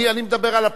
אני מדבר על,